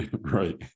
Right